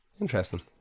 Interesting